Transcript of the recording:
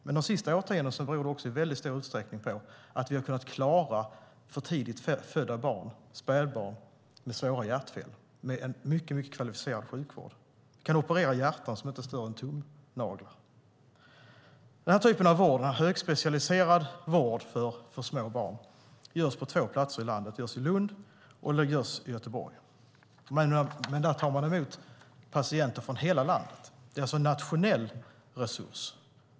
Men de senaste årtiondena beror det också i stor utsträckning på att vi har kunnat klara för tidigt födda spädbarn med svåra hjärtfel genom en mycket kvalificerad sjukvård. Vi kan operera hjärtan som inte är större än tumnaglar. Denna typ av vård - högspecialiserad vård för små barn - utförs på två platser i landet, nämligen i Lund och i Göteborg. Man tar emot patienter från hela landet. Det är alltså en nationell resurs.